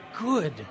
good